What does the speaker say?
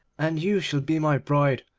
and you shall be my bride,